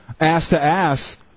ass-to-ass